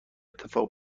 اتفاق